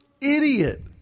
idiot